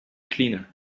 cleaner